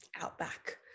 outback